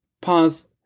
pause